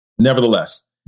Nevertheless